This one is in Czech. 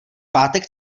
pátek